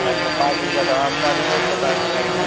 अच्छा पाँच दिन की दवा आपकी अभी रेट बता दे रहे हैं